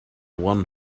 one